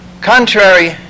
Contrary